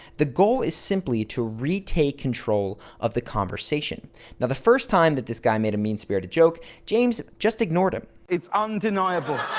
the goal is simply to retake control of the conversation now the first time that this guy made a mean-spirited joke james just ignored him. it's undeniable.